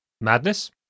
Madness